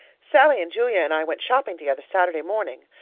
sallie and julia and i went shopping together saturday morning.